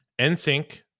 NSYNC